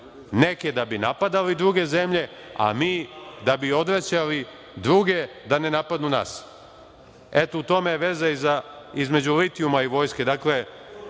neke da bi napadali druge zemlje, a mi da bi odvraćali druge da ne napadnu nas. Eto, u tome je veza između litijuma i vojske. Dakle,